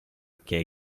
che